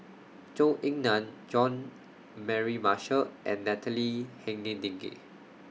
Zhou Ying NAN Jean Mary Marshall and Natalie Hennedige